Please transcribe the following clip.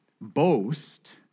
Boast